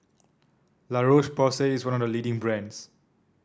La Roche Porsay is one of leading brands